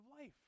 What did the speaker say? life